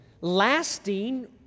lasting